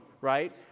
right